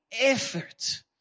Effort